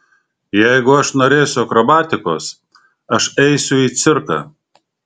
jeigu aš norėsiu akrobatikos aš eisiu į cirką